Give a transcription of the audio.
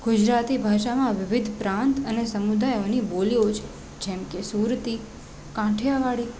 ગુજરાતી ભાષામાં વિવિધ પ્રાંત અને સમુદાયોની બોલીઓ છે જેમ કે સુરતી કાઠિયાવાડી